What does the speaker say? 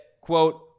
quote